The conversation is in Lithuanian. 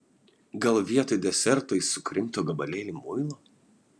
gal vietoj deserto jis sukrimto gabalėlį muilo